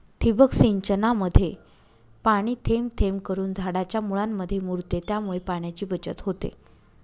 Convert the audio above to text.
ठिबक सिंचनामध्ये पाणी थेंब थेंब करून झाडाच्या मुळांमध्ये मुरते, त्यामुळे पाण्याची बचत होते